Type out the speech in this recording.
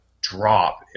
drop